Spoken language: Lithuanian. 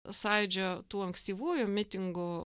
sąjūdžio tų ankstyvųjų mitingų